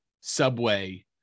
subway